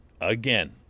again